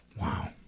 Wow